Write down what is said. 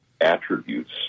attributes